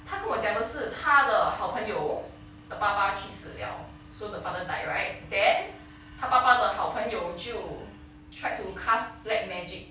他跟我讲的是他的好朋友的爸爸去世了 so the father died right then 他爸爸的好朋友就 tried to cast black magic